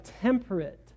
temperate